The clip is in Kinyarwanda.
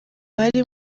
abari